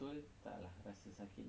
okay